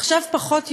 נחשב פחות יהודי.